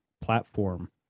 platform